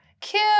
Cute